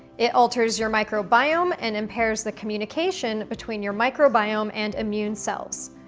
it alters your microbiome and impairs the communication between your microbiome and immune cells.